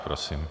Prosím.